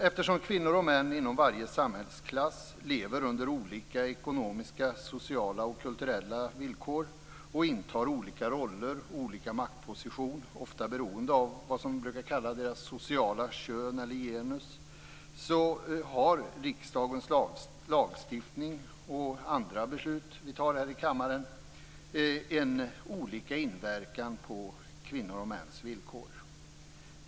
Eftersom kvinnor och män inom varje samhällsklass lever under olika ekonomiska, sociala och kulturella villkor och intar olika roller och maktposition - ofta beroende av, som det brukar heta, deras sociala kön/genus - har riksdagens lagstiftning och andra beslut som tas i denna kammare olika inverkan på kvinnors och mäns villkor.